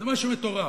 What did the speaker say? זה אבסורד מטורף.